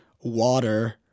water